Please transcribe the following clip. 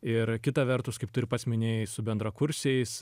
ir kita vertus kaip tu ir pats minėjai su bendrakursiais